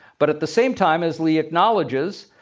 but at the same time, as lee acknowledges,